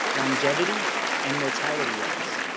longevity and mortality rates.